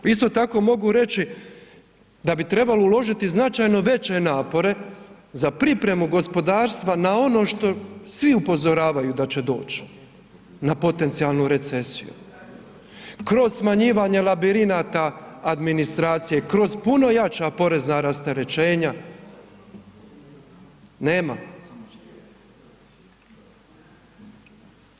Isto tako mogu reći da bi trebalo uložiti značajno veće napore za pripremu gospodarstva na ono što svi upozoravaju da će doći na potencijalnu recesiju kroz smanjivanje labirinata administracije, kroz puno jača porezna rasterećenja, nema.